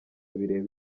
bireba